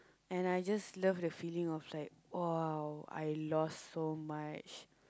and I just love the feeling of like !wow! I lost so much